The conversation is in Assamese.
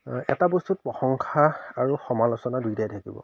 এটা বস্তুত প্ৰশংসা আৰু সমালোচনা দুইটাই থাকিব